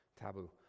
taboo